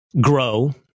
grow